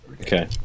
okay